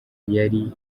yari